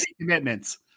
commitments